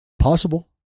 Possible